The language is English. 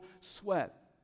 sweat